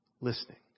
listening